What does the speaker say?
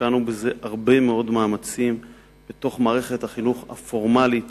השקענו הרבה מאוד מאמצים במערכת החינוך הפורמלית